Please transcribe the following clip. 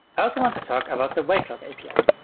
i also want to talk about the wake lock api.